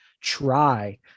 try